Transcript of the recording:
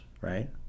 right